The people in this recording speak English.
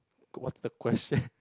what the question